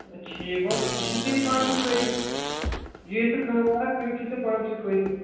ٹھیٖک گو سُہ چھُے ژےٚ پانس فٲیدٕ یۭژ ژٕ کٲم کَرکھ تِوٗت چھُے ژےٚ پانس فٲیدٕ